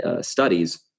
studies